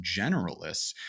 generalists